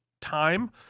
time